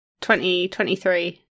2023